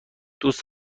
دوست